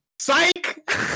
Psych